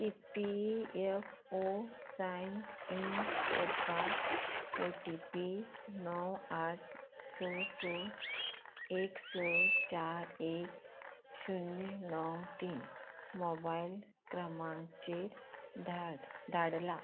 E P F O sign in करपाक O T P णव आठ स स एक स चार एक शुन्य णव तीन मोबायल क्रमांक चेर धाड धाडला